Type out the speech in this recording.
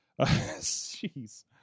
Jeez